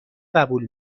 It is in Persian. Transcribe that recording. قبول